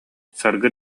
саргы